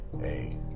hey